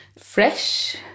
fresh